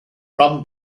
run